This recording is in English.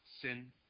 sin